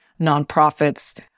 nonprofits